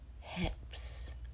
hips